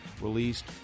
released